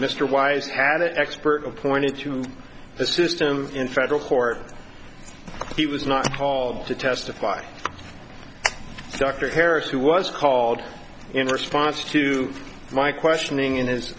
mr wise had an expert of pointed to the system in federal court he was not called to testify so dr harris who was called in response to my questioning in his